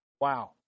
Wow